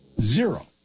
zero